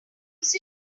use